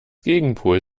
gegenpol